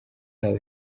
yabo